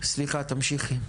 סליחה, תמשיכי.